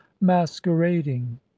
masquerading